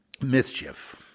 mischief